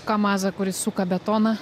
kamazą kuris suka betoną